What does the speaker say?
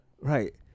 right